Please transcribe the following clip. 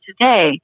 today